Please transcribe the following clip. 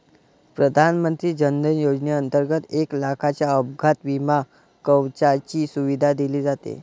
प्रधानमंत्री जन धन योजनेंतर्गत एक लाखाच्या अपघात विमा कवचाची सुविधा दिली जाते